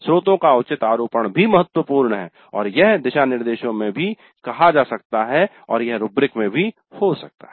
स्रोतों का उचित आरोपण भी महत्वपूर्ण है और यह दिशानिर्देशों में भी कहा जा सकता है और यह रूब्रिक में भी हो सकता है